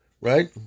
right